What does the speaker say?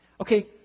Okay